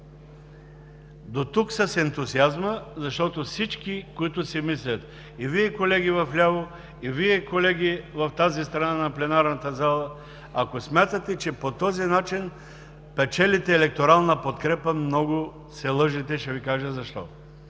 Дотук с ентусиазма, защото всички, които си мислят – и Вие, колеги вляво, и Вие, колеги в тази страна на пленарната зала (сочи вдясно), ако смятате, че по този начин печелите електорална подкрепа, много се лъжете и ще Ви кажа защо.